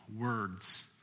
words